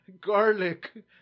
Garlic